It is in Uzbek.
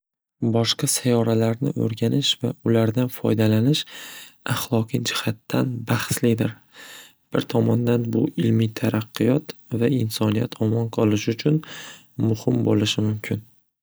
Boshqa sayyoralarni o'rganish va ulardan foydalanish ahloqiy jihatdan baxslidir. Bir tomondan bu ilmiy taraqqiyot va insoniyat omon qolishi uchun muhim bo'lishi mumkin.